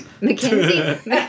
Mackenzie